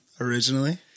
originally